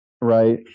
right